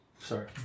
Sorry